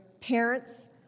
parents